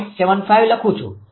75 લખું છું